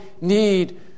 need